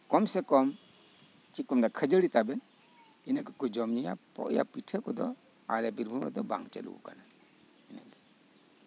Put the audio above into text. ᱠᱚᱢᱥᱮ ᱠᱚᱢ ᱪᱮᱫ ᱠᱚ ᱢᱮᱛᱟᱜᱼᱟ ᱠᱷᱟᱹᱡᱟᱹᱲᱤ ᱛᱟᱵᱮᱱ ᱤᱱᱟᱹ ᱠᱚᱠᱚ ᱡᱚᱢ ᱧᱩᱭᱟ ᱯᱤᱴᱷᱟᱹ ᱠᱚᱫᱚ ᱟᱞᱮ ᱵᱤᱨᱵᱷᱩᱢ ᱨᱮᱫᱚ ᱵᱟᱝ ᱪᱟᱹᱞᱩ ᱟᱠᱟᱱᱟ